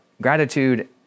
gratitude